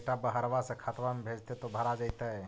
बेटा बहरबा से खतबा में भेजते तो भरा जैतय?